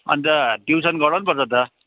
अनि त ट्युसन गराउनुपर्छ त